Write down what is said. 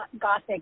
Gothic